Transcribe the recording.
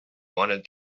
wanted